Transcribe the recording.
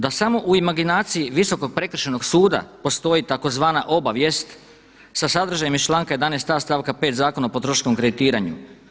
Dalje, da samo u imaginaciji Visokog prekršajno suda postoji tzv. obavijest sa sadržajem iz članka 11.a stavka 5. Zakona o potrošačkom kreditiranju.